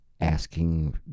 asking